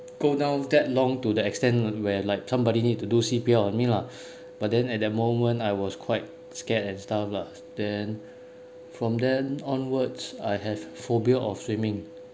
go down that long to the extent where like somebody need to do C_P_R on me lah but then at that moment I was quite scared and stuff lah then from then onwards I have phobia of swimming